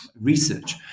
research